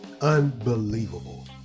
unbelievable